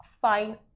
fine